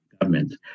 government